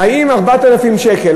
האם 4,000 שקל,